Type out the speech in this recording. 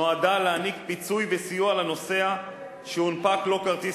נועדה להעניק פיצוי וסיוע לנוסע שהונפק לו כרטיס